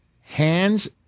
hands